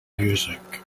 music